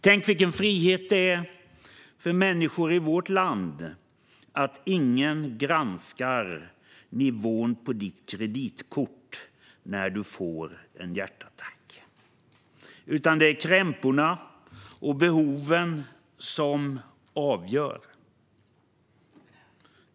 Tänk vilken frihet det är för människor i vårt land att ingen granskar nivån på ens kreditkort när man får en hjärtattack, utan det är krämporna och behoven som avgör!